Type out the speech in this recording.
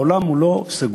העולם לא סגור.